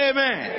Amen